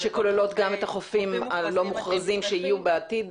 שכוללות גם את החופים הלא מוכרזים שיהיו בעתיד.